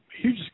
huge